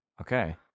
Okay